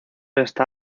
está